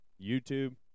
YouTube